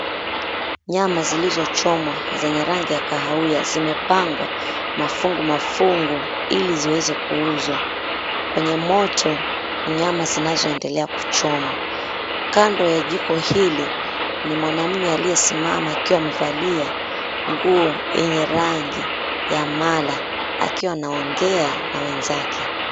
Nyama zilizochomwa zenye rangi ya kahawia zimepangwa mafungu mafungu ili ziweze kuuzwa. Kwenye moto, nyama zinazoendelea kuchomwa. Kando ya jiko hili, ni mwanamume aliyesimama akiwa amevalia nguo yenye rangi ya mala, akiwa anaongea na wenzake.